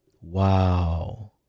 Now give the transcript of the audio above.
wow